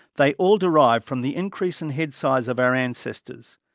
they all derive from the increase in head size of our ancestors,